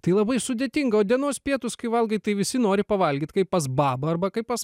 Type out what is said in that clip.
tai labai sudėtinga o dienos pietūs kai valgai tai visi nori pavalgyt kaip pas babą arba kaip pas